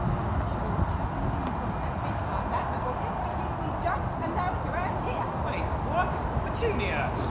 i'm not sure what you've been doing to upset viv like that, but whatever it is we don't allow it around here! yeah wait, what? petunia,